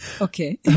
Okay